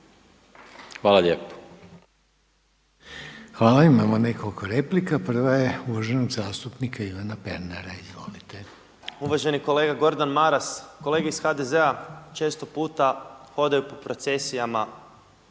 Željko (HDZ)** Hvala. Imamo nekoliko replika. Prva je uvaženog zastupnika Ivana Pernara, izvolite. **Pernar, Ivan (Živi zid)** Uvaženi kolega Gordan Maras, kolege iz HDZ-a često puta hodaju po procesijama,